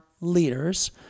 leaders